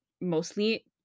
mostly